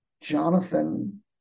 Jonathan